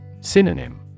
Synonym